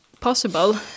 possible